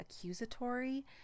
accusatory